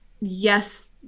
yes